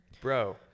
bro